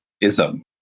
ism